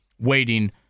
waiting